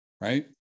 right